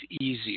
easier